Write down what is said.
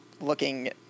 Looking